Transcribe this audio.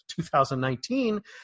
2019